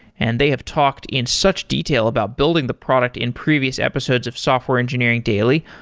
and they have talked in such detail about building the product in previous episodes of software engineering daily.